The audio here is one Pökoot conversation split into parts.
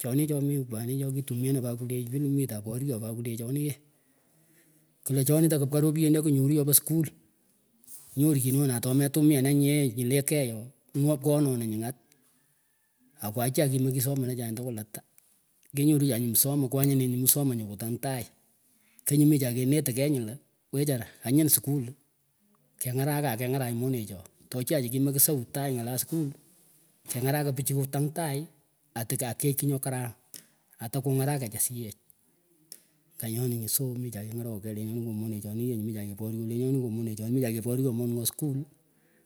Chonih choh mikwah kitumianah pa kwaleh tinih mitah poryoh kwileh chonih klah chonih takukwah ropien chih kinyoruh chopah skull nyorchip anah atoh metumiananyeh nyileh kyeh ooh ngoh pkwonoh ananyuh ngat akwahchahkimeki somanechah tkwul atah kenyoruh chah nguh msomo kwanyi nit nguh msomo kutang tagh kenyih michah kenetah kegh nguh lah wechara anyin skullih kengaraka akengaraka monechoh toh chahchi meksauh tagh ngalah skull kengarakah pichih kotang tagh atekah akeychih nyoh karam atakungarakech asiyech nganyonih anguh so michah kengarokah key lenyonih ngoh monechonih yenguh michah keporyoh lenyonih ngoh monechonih michah keporyoh meningho skull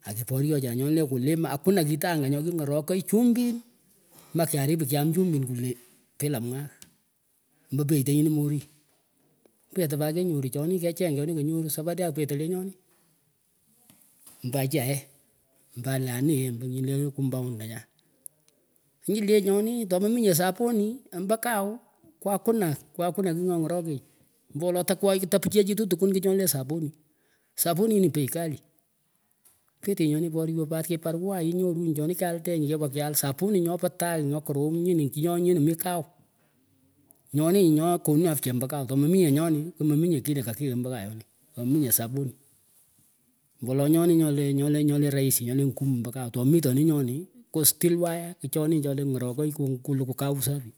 akeporyohchah nyonih leh kuliman akuna kitangah nyoh kingorakay chumbin mekyaribu kyam chumbin kwileh bila mwagh omba peitah nyinih mih orih petah pat kenyoruh chonih kecheng chonih kenyoruh sapeide petah lenyonih mba achahyeh mbah lahaniyeh nyihleh compound tanyan knyull lenyonih tomaminyeh sapuni amba kawh kwa kuna kwakunah kigh nyoh ngorokech ombo wolo takwoy tapichiyachituh tkwuni kih chonih leh sapuni sapunih ni bei kali keteh nyonih poryoh pat kibarua inyorunyih chonih kyalitinyih kepah kyal sapunih nyopah tagh nyoh korom nyinih nyoh nyinih mih kawh nyonih nguh nyoh konu afya omba kawh tokmaminyeh nyonih maminyeh kiina kakigh mbo kayonih tomaminyeh sapunih ombo wolo nyonih nyohleh nyoleh nyoleh rahisi nyole ngumu mba kawh tamitohnyih nyonih ngoh stiwalyah kichoni choleh ngorokah kuh kulukuh kawh safi.